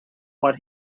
what